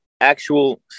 actual